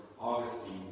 Augustine